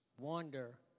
Wander